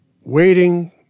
waiting